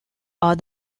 are